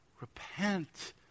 Repent